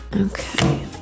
okay